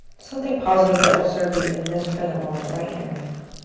something positive that will serve you in this present moment, right here, right now